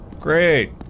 Great